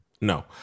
No